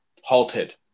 halted